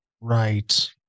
Right